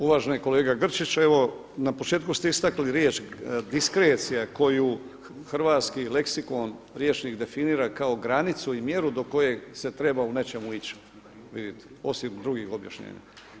Uvaženi kolega Grčić, evo na početku ste istakli riječ diskrecija koju hrvatski leksikon, rječnik definira kao granicu i mjeru do koje se treba u nečemu ići vidit osim drugih objašnjenja.